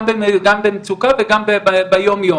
גם במצוקה וגם ביום יום.